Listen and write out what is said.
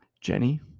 Jenny